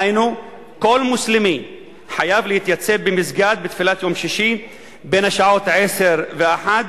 היינו כל מוסלמי חייב להתייצב במסגד לתפילת יום שישי בשעות 10:00 13:00,